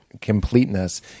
completeness